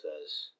says